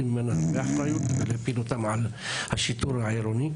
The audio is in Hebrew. ממנה הרבה אחריות ולהפיל אותה על השיטור העירוני?